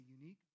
unique